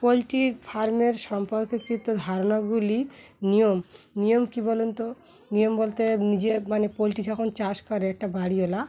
poultry ফার্মের সম্পর্ককৃত ধারণাগুলি নিয়ম নিয়ম কী বলুন তো নিয়ম বলতে নিজের মানে পোলট্রি যখন চাষ করে একটা বাড়ি ওলা